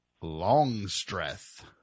Longstreth